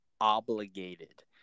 obligated